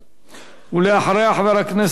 ואחריה, חבר הכנסת אורי אורבך.